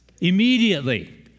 immediately